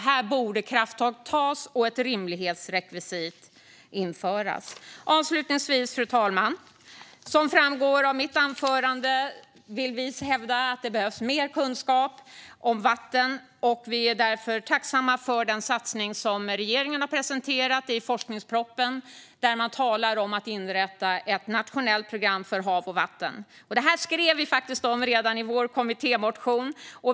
Här borde krafttag tas och ett rimlighetsrekvisit införas. Avslutningsvis, fru talman! Som framgår av mitt anförande vill vi hävda att det behövs mer kunskap om vatten. Vi är därför tacksamma för den satsning som regeringen har presenterat i forskningspropositionen, där man talar om att inrätta ett nationellt program för hav och vatten. Det skrev vi om redan i vår kommittémotion.